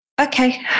okay